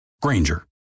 Granger